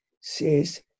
says